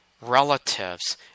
relatives